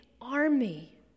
army